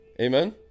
amen